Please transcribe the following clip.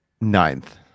ninth